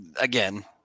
again